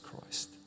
Christ